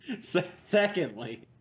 secondly